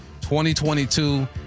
2022